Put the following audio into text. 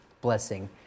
blessing